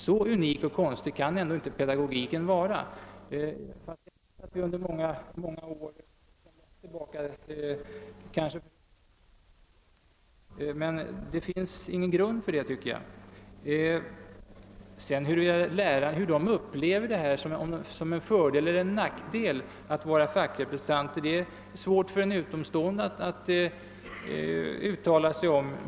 Så unik och konstig kan inte pedagogiken vara, trots att jag vet, att man sedan många år tillbaka kanske ibland försöker göra gällande att så är fallet. Det finns dock enligt min mening ingen grund för detta. Huruvida lärarna upplever det som en fördel eller en nackdel att vara fackrepresentanter är svårt för en utomstående att uttala sig om.